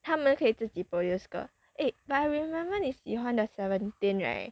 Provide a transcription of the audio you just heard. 他们可以自己 produce 歌 eh but I remember 你喜欢的 Seventeen right